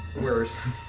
worse